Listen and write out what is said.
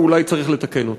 ואולי צריך לתקן אותה.